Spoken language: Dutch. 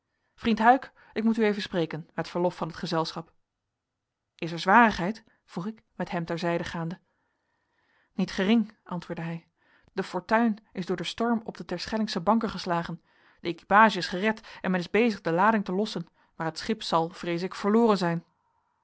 vriend huyck ik moet u even spreken met verlof van het gezelschap is er zwarigheid vroeg ik met hem ter zijde gaande niet gering antwoordde hij de fortuin is door den storm op de terschellingsche banken geslagen de equipage is gered en men is bezig de lading te lossen maar het schip zal vrees ik verloren zijn